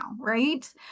right